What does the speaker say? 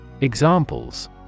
Examples